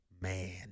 man